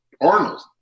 Arnold